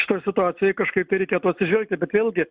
šiška situacijoje kažkaip reikėtų atsižvelgti bet vėlgi